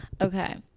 okay